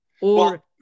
Or-